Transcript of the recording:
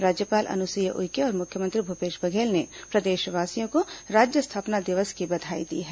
राज्यपाल अनुसुईया उइके और मुख्यमंत्री भूपेश बघेल ने प्रदेशवासियों को राज्य स्थापना दिवस की बधाई दी है